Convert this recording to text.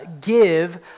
give